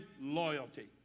loyalty